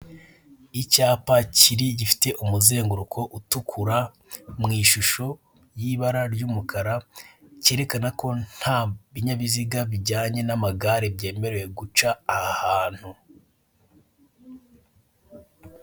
Icyapa kiri gifite umuzenguruko utukura mu ishusho y'ibara ry'umukara kerekana ko ntabinyabiziga bijyanye n'amagare byemerewe guca aha hantu.